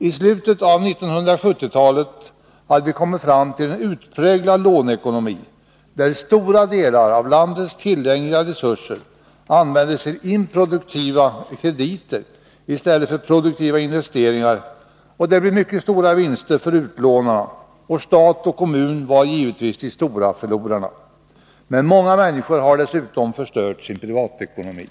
I slutet av 1970-talet hade vi kommit fram till en utpräglad låneekonomi där stora delar av landets tillgängliga resurser användes till inproduktiva krediter i stället för produktiva investeringar med mycket stora vinster för utlånarna. Stat och kommun var givetvis de stora förlorarna. Men många människor har också förstört sin privatekonomi.